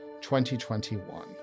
2021